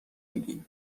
میگی